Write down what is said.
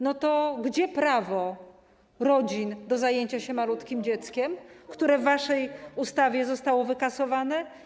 No to gdzie prawo rodzin do zajęcia się malutkim dzieckiem, które w waszej ustawie zostało wykasowane?